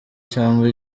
cyangwa